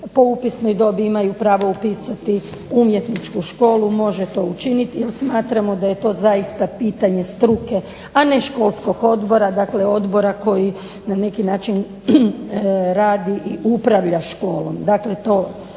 po upisnoj dobi imaju pravo upisati umjetničku školu može to učiniti, jer smatramo da je to pitanje struke a ne školskog odbora, dakle odbora koji na neki način radi i upravlja školom,